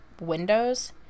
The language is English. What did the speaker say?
windows